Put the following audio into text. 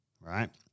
right